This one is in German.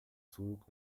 zug